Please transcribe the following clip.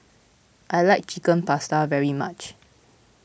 I like Chicken Pasta very much